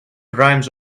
rhymes